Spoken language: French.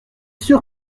sûr